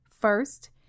First